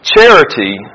Charity